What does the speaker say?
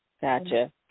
Gotcha